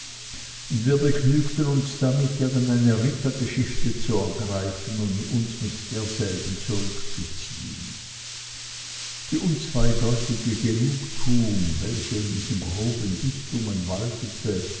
und wir begnügten uns damit irgendeine rittergeschichte zu ergreifen und uns mit derselben zurückzuziehen die unzweideutige genugtuung welche in diesen groben dichtungen waltete